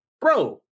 bro